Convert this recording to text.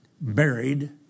buried